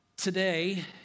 today